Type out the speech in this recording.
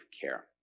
care